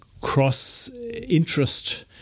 cross-interest